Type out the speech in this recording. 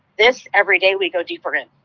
this every day we go deeper in.